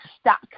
stuck